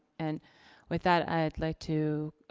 and with that i'd like to